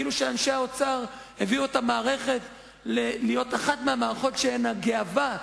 כאילו אנשי האוצר הביאו את המערכת להיות אחת מהמערכות שהן הגאווה,